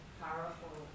powerful